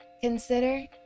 Consider